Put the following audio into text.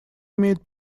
имеет